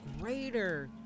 greater